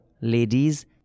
ladies